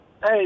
Hey